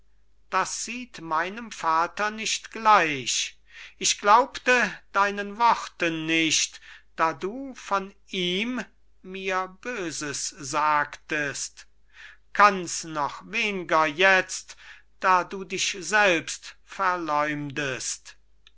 das sieht meinem vater nicht gleich ich glaubte deinen worten nicht da du von ihm mir böses sagtest kanns noch wenger jetzt da du dich selbst